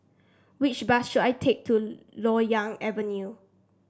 which bus should I take to Loyang Avenue